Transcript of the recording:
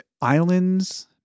Islands